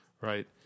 right